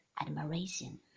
admiration